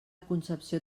concepció